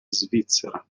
svizzera